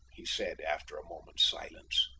he said, after a moment's silence.